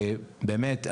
באמת,